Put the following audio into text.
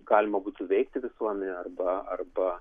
galima būtų veikti visuomenę arba arba